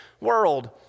world